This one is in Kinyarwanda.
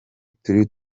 kuri